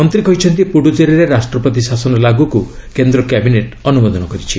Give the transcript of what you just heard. ମନ୍ତ୍ରୀ କହିଛନ୍ତି ପୁଡୁଚେରୀରେ ରାଷ୍ଟ୍ରପତି ଶାସନ ଲାଗୁକୁ କେନ୍ଦ୍ର କ୍ୟାବିନେଟ୍ ଅନୁମୋଦନ କରିଛି